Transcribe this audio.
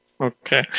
Okay